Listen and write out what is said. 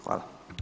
Hvala.